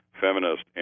feminist